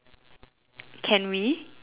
can we